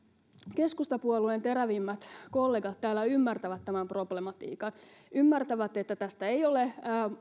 keskustapuolueen terävimmät kollegat täällä ymmärtävät tämän problematiikan ymmärtävät että tästä ei ole